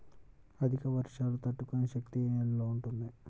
అధిక వర్షాలు తట్టుకునే శక్తి ఏ నేలలో ఉంటుంది?